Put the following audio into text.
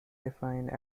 defined